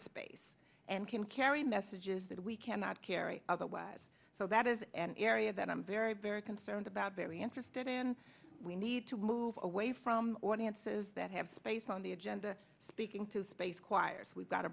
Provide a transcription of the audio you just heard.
space and can carry messages that we cannot carry otherwise so that is an area that i'm very very concerned about very interested in and we need to move away from audiences that have space on the agenda speaking to space choirs we've got to